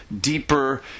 deeper